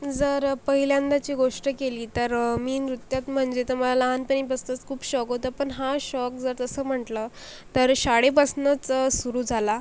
जर पहिल्यांदाची गोष्ट केली तर मी नृत्यात म्हणजे तर मला लहानपणीपासुनच खूप शौक होता पण हा शौक जर तसं म्हंटलं तर शाळेपासुनच सुरू झाला